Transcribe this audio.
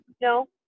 no